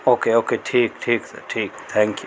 okay okay ٹھیک ٹھیک sir ٹھیک ہے تھینک یو